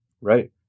right